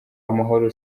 amahoro